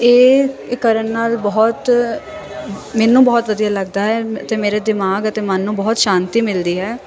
ਇਹ ਕਰਨ ਨਾਲ ਬਹੁਤ ਮੈਨੂੰ ਬਹੁਤ ਵਧੀਆ ਲੱਗਦਾ ਹੈ ਅਤੇ ਮੇਰੇ ਦਿਮਾਗ ਅਤੇ ਮਨ ਨੂੰ ਬਹੁਤ ਸ਼ਾਂਤੀ ਮਿਲਦੀ ਹੈ